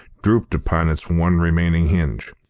drooped upon its one remaining hinge.